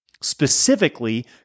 specifically